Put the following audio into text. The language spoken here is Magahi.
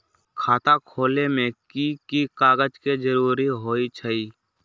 खाता खोले में कि की कागज के जरूरी होई छइ?